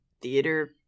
theater